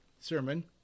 sermon